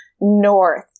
North